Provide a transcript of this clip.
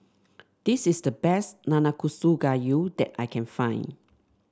this is the best Nanakusa Gayu that I can find